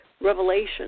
revelation